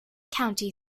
county